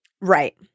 right